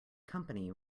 company